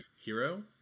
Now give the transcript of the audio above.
Hero